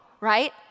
right